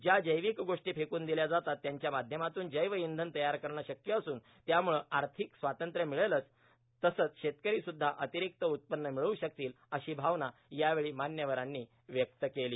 ज्या र्जौवक गोष्टी फेकून दिल्या जातात त्यांच्या माध्यमातून जैव इंधन तयार करणं शक्य असून त्यामुळं आंथिक स्वातंत्र्य मिळेलच तसंच शेतकरो सुद्धा र्आतारक्त उत्पन्न मिळवू शकतील अशी भावना यावेळी मान्यवरांनी व्यक्त केलो